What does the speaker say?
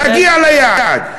להגיע ליעד.